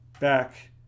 back